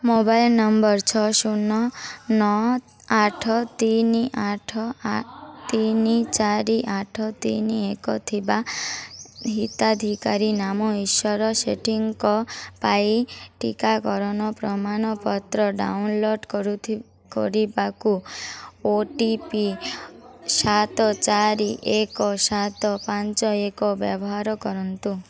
mobile number ଛଅ ଶୂନ ନଅ ନଅ ଆଠ ତିନି ଆଠ ତିନି ଚାରି ଆଠ ତିନି ଏକ ଥିବା ହିତାଧିକାରୀ ନାମ ଈଶ୍ୱର ସେଠୀଙ୍କ ପାଇଁ ଟିକାକରଣର ପ୍ରମାଣପତ୍ର ଡାଉନଲୋଡ଼୍ କରିବାକୁ ଓ ଟି ପି ସାତ ଚାରି ଏକ ସାତ ପାଞ୍ଚ ଏକ ବ୍ୟବହାର କରନ୍ତୁ